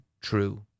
true